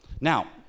Now